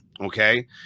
Okay